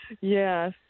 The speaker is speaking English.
Yes